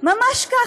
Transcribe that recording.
ממש כך.